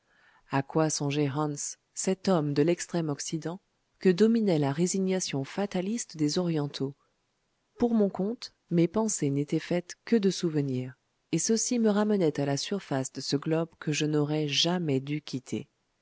a quoi songeait hans cet homme de l'extrême occident que dominait la résignation fataliste des orientaux pour mon compte mes pensées n'étaient faites que de souvenirs et ceux-ci me ramenaient à la surface de ce globe que je n'aurais jamais dû quitter